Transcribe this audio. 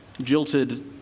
jilted